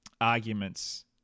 arguments